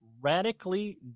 radically